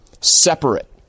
separate